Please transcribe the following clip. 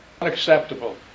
Unacceptable